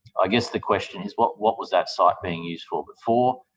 i guess the question is what what was that site being used for before?